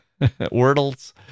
wordles